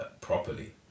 properly